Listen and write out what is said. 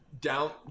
down